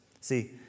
See